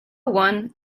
one